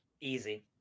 easy